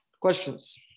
Questions